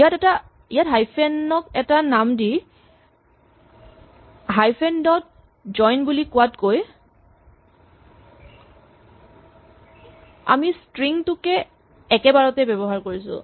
ইয়াত হাইফেন ক এটা নাম দি হাইফেন ডট জইন বুলি কোৱাতকৈ আমি স্ট্ৰিং টোকে একেবাৰতে ব্যৱহাৰ কৰিছোঁ